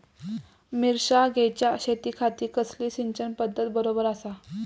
मिर्षागेंच्या शेतीखाती कसली सिंचन पध्दत बरोबर आसा?